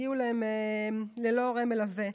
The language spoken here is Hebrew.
שהגיעו ללא הורה מלווה.